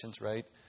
right